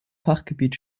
fachgebiet